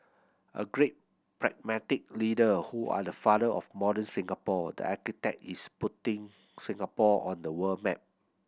a great pragmatic leader who are the father of modern Singapore the architect is putting Singapore on the world map